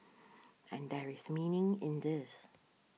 and there is meaning in this